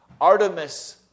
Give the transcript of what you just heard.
Artemis